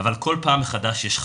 אבל כל פעם מחדש יש חרדה,